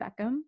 Beckham